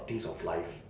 things of life